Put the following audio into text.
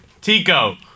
Tico